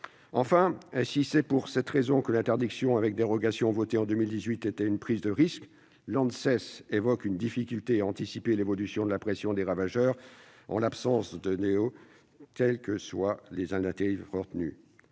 Enfin, et c'est pour cette raison que l'interdiction avec dérogations votée en 2018 constituait une prise de risque, l'Anses évoque une difficulté à anticiper l'évolution de la pression des ravageurs en l'absence de néonicotinoïdes, quelles que soient les alternatives retenues.